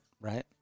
right